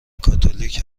کاتولیک